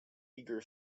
eager